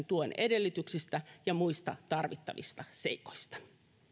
tuen edellytyksistä ja muista tarvittavista seikoista